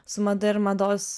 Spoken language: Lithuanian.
su mada ir mados